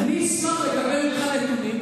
אני אשמח לקבל ממך נתונים,